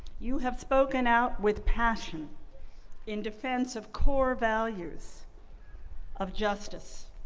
you have spoken out with passion in defense of core values of justice,